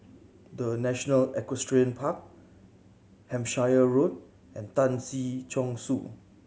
The National Equestrian Park Hampshire Road and Tan Si Chong Su